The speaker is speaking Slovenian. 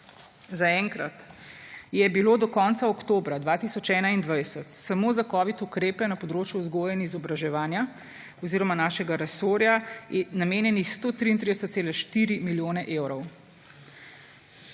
zaenkrat je bilo do konca oktobra 2021 samo za covid ukrepe na področju vzgoje in izobraževanja oziroma našega resorja namenjenih 133,4 milijone evrov.